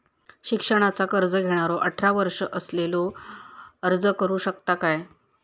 शिक्षणाचा कर्ज घेणारो अठरा वर्ष असलेलो अर्ज करू शकता काय?